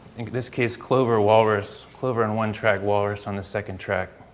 in this case clover walrus, clover on one track, walrus on the second track.